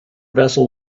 vessel